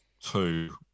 two